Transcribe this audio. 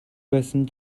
байсан